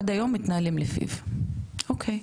עד היום מתנהלים לפיו, אוקי,